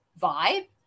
vibe